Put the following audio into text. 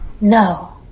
No